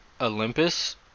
Olympus